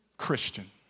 Christian